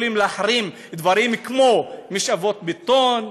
יכולים להחרים דברים כמו משאבות בטון,